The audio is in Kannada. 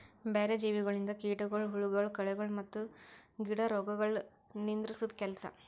ಬ್ಯಾರೆ ಜೀವಿಗೊಳಿಂದ್ ಕೀಟಗೊಳ್, ಹುಳಗೊಳ್, ಕಳೆಗೊಳ್ ಮತ್ತ್ ಗಿಡ ರೋಗಗೊಳ್ ನಿಂದುರ್ಸದ್ ಕೆಲಸ